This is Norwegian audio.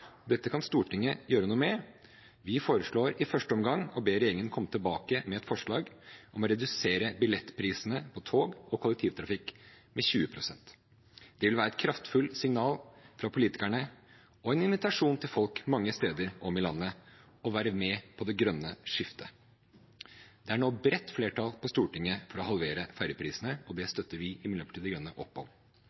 Dette kan Stortinget gjøre noe med. Vi foreslår i første omgang å be regjeringen komme tilbake med et forslag om å redusere billettprisene på tog og kollektivtrafikk med 20 pst. Det vil være et kraftfullt signal fra politikerne og en invitasjon til folk mange steder rundt om i landet om å være med på det grønne skiftet. Det er nå bredt flertall på Stortinget for å halvere ferjeprisene, og det støtter vi i Miljøpartiet De Grønne opp om.